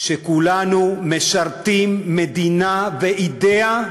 שכולנו משרתים מדינה ואידיאה,